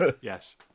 Yes